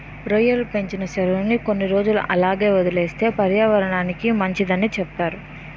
రొయ్యలు పెంచిన సెరువుని కొన్ని రోజులు అలాగే వదిలేస్తే పర్యావరనానికి మంచిదని సెప్తారు